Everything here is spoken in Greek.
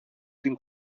την